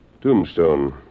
Tombstone